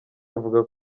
avuga